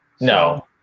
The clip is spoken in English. No